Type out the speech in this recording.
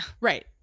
Right